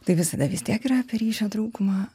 tai visada vis tiek yra apie ryšio trūkumą